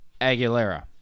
Aguilera